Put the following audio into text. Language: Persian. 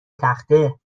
تخته